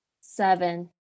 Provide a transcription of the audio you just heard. Seven